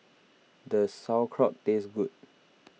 does Sauerkraut taste good